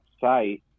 site